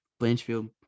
Blanchfield